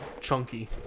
chunky